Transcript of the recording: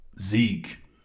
Zeke